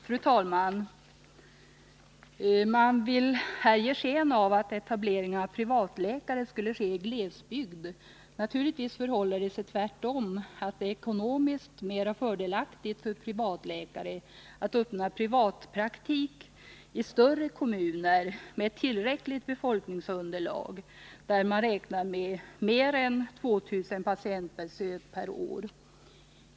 Fru talman! Man vill här ge sken av att etableringar av privatläkare skulle ske i glesbygd. Naturligtvis förhåller det sig tvärtom. Det är ekonomiskt mer fördelaktigt att öppna privatpraktik i större kommuner med tillräckligt befolkningsunderlag — där man räknar med mer än 2 000 patientbesök per år.